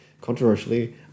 controversially